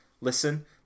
Listen